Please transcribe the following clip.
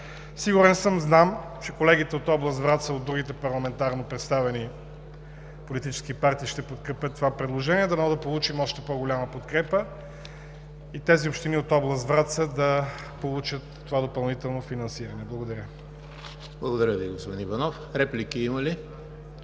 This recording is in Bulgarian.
Сигурен съм, знам, че колегите от област Враца, от другите парламентарно представени политически партии, ще подкрепят това предложение. Дано да получим още по-голяма подкрепа и тези общини от област Враца да получат това допълнително финансиране. Благодаря. ПРЕДСЕДАТЕЛ ЕМИЛ ХРИСТОВ: Благодаря Ви, господин Иванов. Реплики има ли?